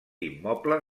immoble